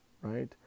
right